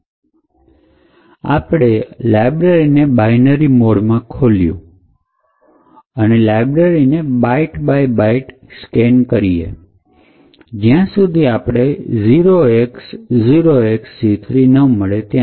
તો આપણે લાયબ્રેરીને binary મોડમાં ખોલ્યું અને લાયબ્રેરીને બાઈટ બાઈટ બાઈટ સ્કીન કરીશું જ્યાં સુધી આપણે 0x0XC3 ન મળે